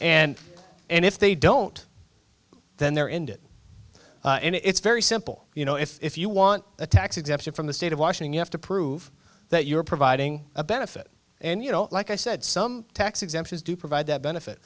and and if they don't then they're ended and it's very simple you know if you want a tax exemption from the state of washing you have to prove that you're providing a benefit and you know like i said some tax exemptions do provide that benefit